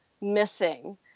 missing